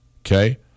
okay